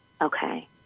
Okay